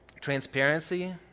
transparency